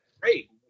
great